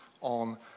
on